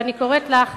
ואני קוראת לך